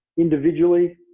individually,